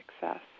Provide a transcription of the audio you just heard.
success